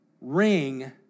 ring